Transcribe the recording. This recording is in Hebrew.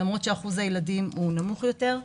למרות ששיעור הילדים נמוך יותר.